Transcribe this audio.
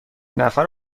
نفر